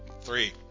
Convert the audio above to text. Three